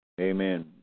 Amen